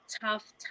tough